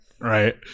right